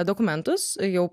dokumentus jau